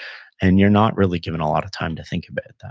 and you're not really given a lot of time to think about that.